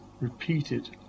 repeated